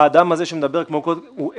האדם הזה שמדבר הוא עד